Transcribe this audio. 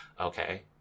Okay